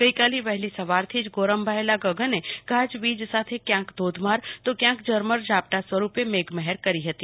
ગઈકાલે વહેલી સવારથી જ ગોરંભાયેલાં ગગને ગાજ વીજ સાથે ક્યાંક ધોધમાર તો ક્યાંક ઝરમરથી ઝાપટાં સ્વરૂપે મેઘ મહેર થઈ હતી